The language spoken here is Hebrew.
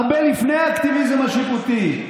הרבה לפני האקטיביזם השיפוטי,